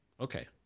Okay